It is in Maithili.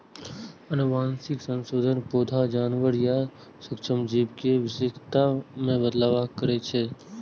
आनुवंशिक संशोधन पौधा, जानवर या सूक्ष्म जीव के विशेषता मे बदलाव करै छै